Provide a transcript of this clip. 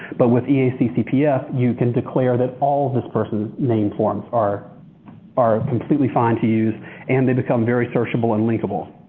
but with eac cpf you can declare that all this person's name forms are are completely fine to use and they become very searchable and linkable.